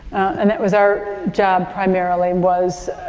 and that was our job primarily was,